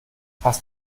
hast